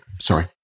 Sorry